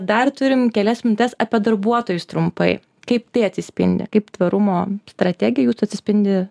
dar turim kelias minutes apie darbuotojus trumpai kaip tai atsispindi kaip tvarumo strategija jūsų atsispindi